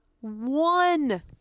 one